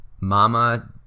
Mama